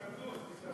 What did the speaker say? הישרדות, הישרדות.